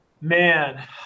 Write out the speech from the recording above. Man